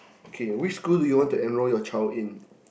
okay which school do you want to enroll your child in